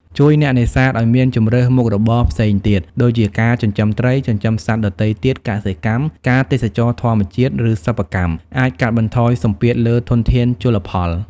ជួយអ្នកនេសាទឱ្យមានជម្រើសមុខរបរផ្សេងទៀត ដូចជាការចិញ្ចឹមត្រី ចិញ្ចឹមសត្វដទៃទៀត កសិកម្ម ការទេសចរណ៍ធម្មជាតិ ឬសិប្បកម្ម អាចកាត់បន្ថយសម្ពាធលើធនធានជលផល។